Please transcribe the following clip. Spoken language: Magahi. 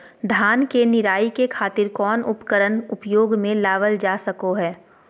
धान के निराई के खातिर कौन उपकरण उपयोग मे लावल जा सको हय?